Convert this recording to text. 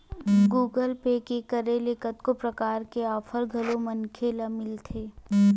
Google Pay के करे ले कतको परकार के आफर घलोक मनखे ल मिलथे